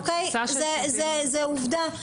זו עובדה.